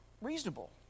reasonable